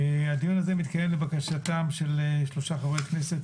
הדיון הזה מתקיים לבקשתם של שלושה חברי כנסת,